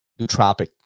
nootropic